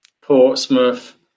Portsmouth